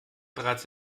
bereits